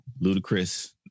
Ludacris